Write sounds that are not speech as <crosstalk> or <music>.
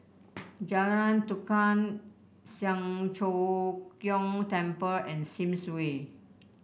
<noise> Jalan Tukang Siang Cho Keong Temple and Sims Way